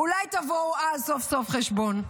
אולי אז סוף-סוף תבואו חשבון.